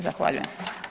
Zahvaljujem.